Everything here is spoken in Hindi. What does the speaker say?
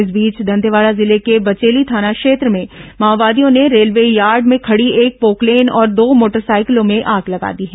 इस बीच दंतेवाड़ा जिले के बर्चेली थाना क्षेत्र में माओवादियों ने रेलवे यार्ड में खड़ी एक पोकलेन और दो मोटर साइकिलों में आग लगा दी है